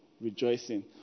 rejoicing